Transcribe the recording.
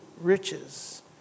riches